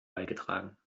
beigetragen